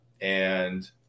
And-